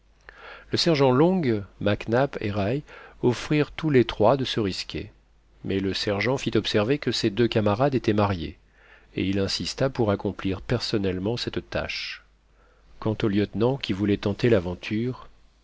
le sergent long mac nap et rae offrirent tous les trois de se risquer mais le sergent fit observer que ses deux camarades étaient mariés et il insista pour accomplir personnellement cette tâche quant au lieutenant qui voulait tenter l'aventure